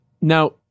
now